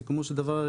בסיכומו של דבר,